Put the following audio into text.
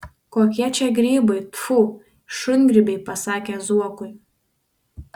kokie čia grybai tfu šungrybiai pasakė zuokui